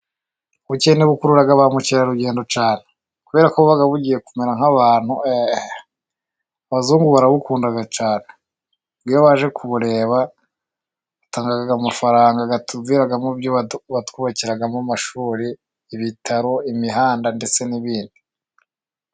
Ubukende bukurura ba mukerarugendo cyane. Kubera ko buba bugiye kumera nk' abantu. Abazungu barabukunda cyane， iyo baje kubureba batanga amafaranga，yatuviramo ibyo batwubakiramo， amashuri，ibitaro，imihanda ndetse n'ibindi.